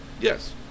Yes